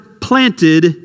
planted